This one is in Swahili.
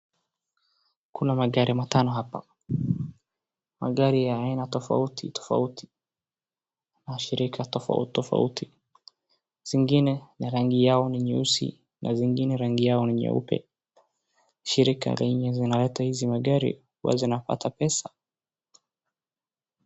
Kuna magari matano hapa. Magari ya aina tofauti tofauti na shirika tofauti tofauti. Zingine rangi yao ni nyeusi na zingine rangi yao ni nyeupe shirika za hizi magari huwa zinapata pesa.